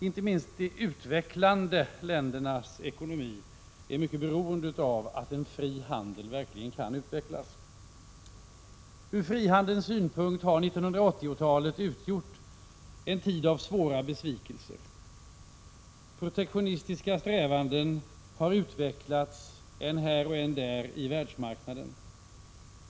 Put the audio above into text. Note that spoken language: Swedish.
Inte minst de utvecklande ländernas ekonomi är mycket beroende av att en fri handel verkligen kan utvecklas. Ur frihandelns synpunkt har 1980-talet utgjort en tid av stora besvikelser. Protektionistiska strävanden har utvecklats än här och än där i världsmarknaden.